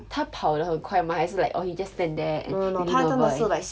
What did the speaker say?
他跑得很快吗还是 like uh he just stand there and looking over and